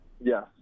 Yes